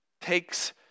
takes